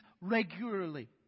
regularly